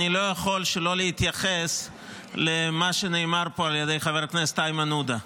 אני לא יכול שלא להתייחס למה שנאמר פה על ידי חבר הכנסת איימן עודה.